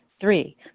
Three